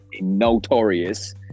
Notorious